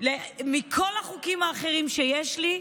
מכל החוקים האחרים שיש לי,